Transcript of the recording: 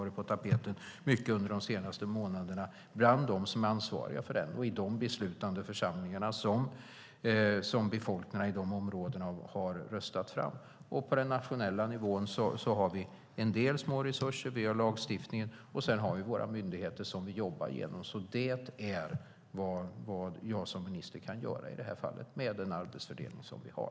Det handlar om att diskutera hur man gör i till exempel Region Skåne eller i Västerbottens läns landsting, som varit på tapeten de senaste månaderna. På den nationella nivån har vi en del små resurser, vi har lagstiftningen och vi har våra myndigheter som vi jobbar genom. Det är vad jag som minister kan göra i det här fallet, med den arbetsfördelning som vi har.